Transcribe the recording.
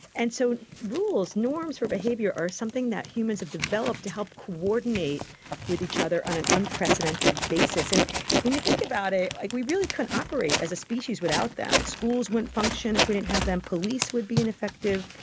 and so rules, norms of behaviour are something that humans have developed to help coordinate with each other on an unprecedented basis. and when you think about it, like we really couldn't operate as a species without them. schools wouldn't function if we didn't have them, police would be ineffective,